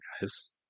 guys